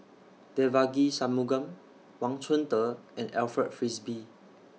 Devagi Sanmugam Wang Chunde and Alfred Frisby